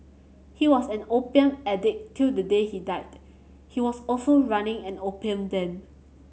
he was an opium addict till the day he died he was also running an opium den